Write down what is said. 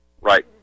Right